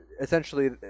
essentially